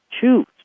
choose